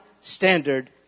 standard